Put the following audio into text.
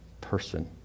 person